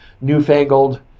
newfangled